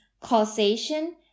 causation